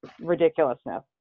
ridiculousness